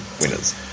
winners